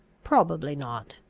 probably not.